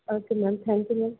okay ma'am thank you ma'am